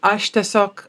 aš tiesiog